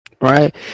right